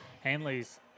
Hanley's